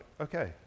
okay